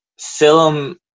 film